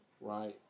right